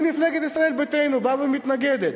אם מפלגת ישראל ביתנו באה ומתנגדת